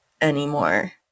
anymore